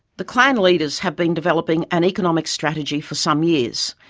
the clan leaders have been developing an economic strategy for some years,